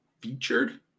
Featured